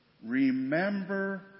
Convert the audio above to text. Remember